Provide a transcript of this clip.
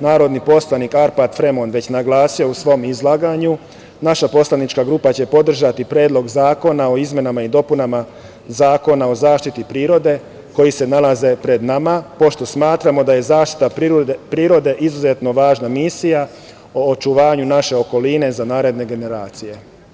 narodni poslanik Arpad Fremond već naglasio u svom izlaganju, naša poslanička grupa će podržati Predlog zakona o izmenama i dopunama Zakona o zaštiti prirode koji se nalazi pred nama, pošto smatramo da je zaštita prirode izuzetno važna misija o očuvanju naše okoline za naredne generacije.